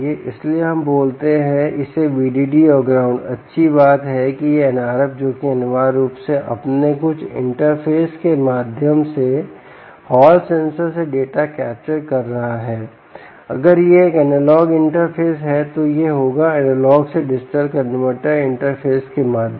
इसलिए हम बोलते हैं इसे VDD और ग्राउंड अच्छी बात है कि यह NRF जोकि अनिवार्य रूप से अपने कुछ इंटरफेस के माध्यम से हॉल सेंसर से डेटा कैप्चर कर रहा है अगर यह एक एनालॉग इंटरफ़ेस है तो यह होगा एनालॉग से डिजिटल कनवर्टर इंटरफ़ेस के माध्यम से